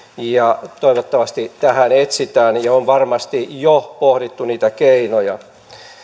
toivottavasti tähän etsitään ja on varmasti jo pohdittu niitä keinoja